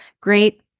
great